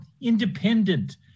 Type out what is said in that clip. independent